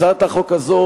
הצעת החוק הזו